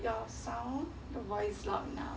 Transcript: your sound voice loud enough